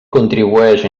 contribueix